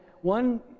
one